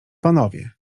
panowie